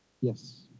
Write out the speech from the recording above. Yes